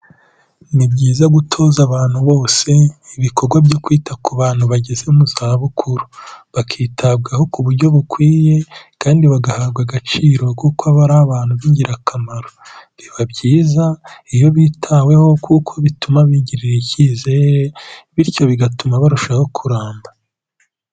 Ni byiza gutoza abantu bose, ibikorwa byo kwita ku bantu bageze mu zabukuru, bakitabwaho ku buryo bukwiye kandi bagahabwa agaciro kuko aba ari abantu b'ingirakamaro, biba byiza iyo bitaweho kuko bituma bigirira icyizere bityo bigatuma barushaho kuramba.